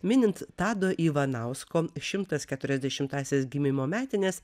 minint tado ivanausko šimtas keturiasdešimtąsias gimimo metines